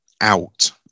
out